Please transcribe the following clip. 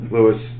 Lewis